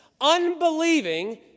unbelieving